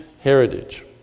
heritage